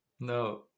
no